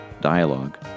Dialogue